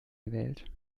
gewählt